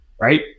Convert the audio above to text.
right